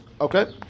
okay